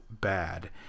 bad